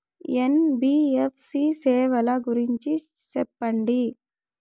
NBFC సేవల గురించి సెప్పండి?